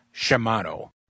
Shimano